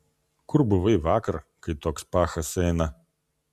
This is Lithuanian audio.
kur buvai vakar kai toks pachas eina